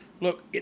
look